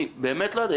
אני באמת לא יודע,